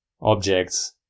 objects